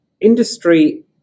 industry